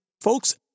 folks